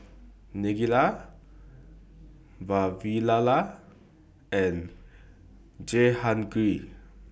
Neila Vavilala and Jehangirr